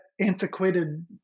antiquated